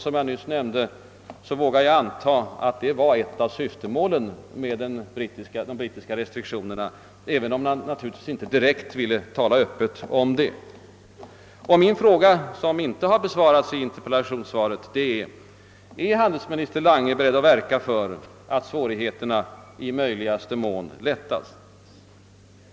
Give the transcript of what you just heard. Som jag nyss nämnde vågar jag anta att det var ett av syftemålen med de brittiska reflexionerna, även om man naturligtvis inte vill tala öppet om det. Min fråga, som inte har besvarats i interpellationssvaret, är därför följande: Är handelsminister Lange beredd att verka för att svårigheterna i möjligaste mån lättas?